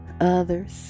others